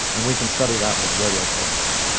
and we can study that with radio telescopes.